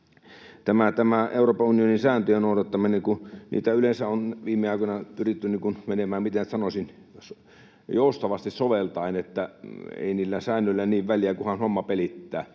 Euroopan unionin sääntöjen noudattaminen, kun niissä yleensä on viime aikoina pyritty menemään, miten nyt sanoisin, joustavasti soveltaen, niin että ei niillä säännöillä ole niin väliä, kunhan homma pelittää.